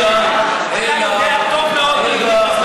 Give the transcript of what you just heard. אלא, אלא, אתה יודע טוב מאוד מי הדליף את זה.